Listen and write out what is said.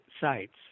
sites